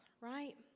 right